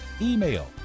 email